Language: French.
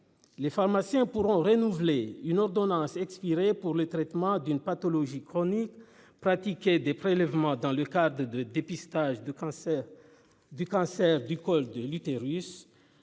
Les pharmaciens pourront renouveler une ordonnance expirée pour le traitement d'une pathologie chronique pratiqué des prélèvements dans le cadre de dépistage de cancer du cancer du col de l'utérus.